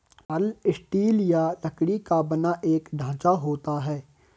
हल स्टील या लकड़ी का बना एक ढांचा होता है